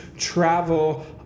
travel